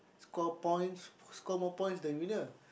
score points score more points the winner